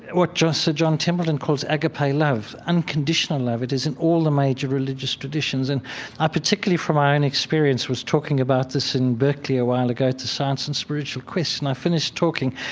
what just sir john templeton calls agape love, unconditional love. it is in all the major religious traditions and i, particularly, from my own experience, was talking about this in berkeley a while ago, at the science and spiritual quest. and i finished talking,